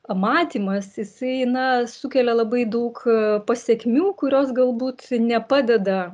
matymas jisai na sukelia labai daug pasekmių kurios galbūt nepadeda